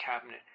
cabinet